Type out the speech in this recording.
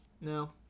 No